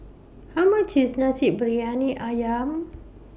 How much IS Nasi Briyani Ayam